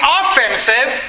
offensive